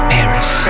Paris